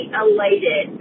elated